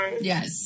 yes